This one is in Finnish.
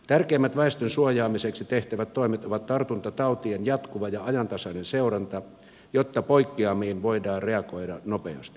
tärkeimmät väestön suojaamiseksi tehtävät toimet ovat tartuntatautien jatkuva ja ajantasainen seuranta jotta poikkeamiin voidaan reagoida nopeasti